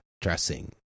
dressing